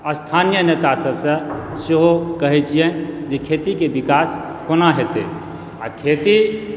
स्थानीय नेतासभसँ सेहो कहैत छियैन जे खेती के विकास कोना हेतय आ खेती